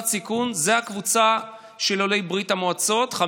סיכון זה הקבוצה של עולי ברית המועצות לשעבר,